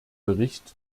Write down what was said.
bericht